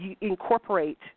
incorporate